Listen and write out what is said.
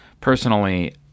Personally